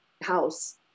house